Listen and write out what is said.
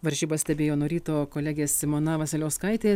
varžybas stebėjo nuo ryto kolegė simona vasiliauskaitė